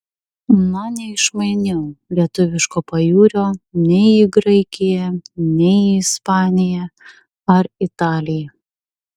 na neišmainiau lietuviško pajūrio nei į graikiją nei į ispaniją ar italiją